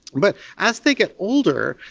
but as they get older,